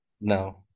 No